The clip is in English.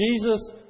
Jesus